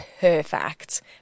Perfect